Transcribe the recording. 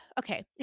okay